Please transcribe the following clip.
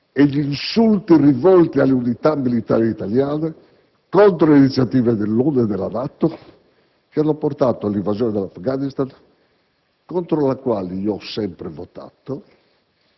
e gli insulti rivolti alle unità militari italiane contro le iniziative dell'ONU e della NATO che hanno portato all'invasione dell'Afghanistan (contro la quale io ho sempre votato,